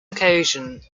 occasion